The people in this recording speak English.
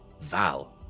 Val